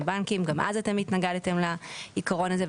הבנקים גם אז אתם התנגדתם לעיקרון הזה,